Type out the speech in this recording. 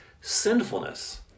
sinfulness